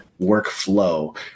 workflow